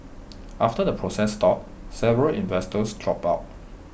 after the process stalled several investors dropped out